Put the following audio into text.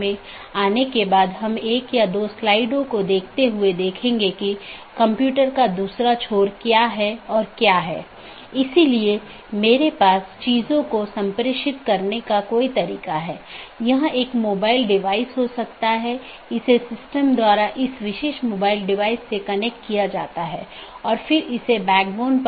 अब अगर हम BGP ट्रैफ़िक को देखते हैं तो आमतौर पर दो प्रकार के ट्रैफ़िक होते हैं एक है स्थानीय ट्रैफ़िक जोकि एक AS के भीतर ही होता है मतलब AS के भीतर ही शुरू होता है और भीतर ही समाप्त होता है